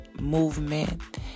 movement